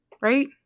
Right